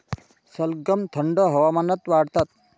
सलगम थंड हवामानात वाढतात